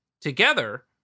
together